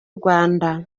rwanda